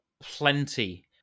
plenty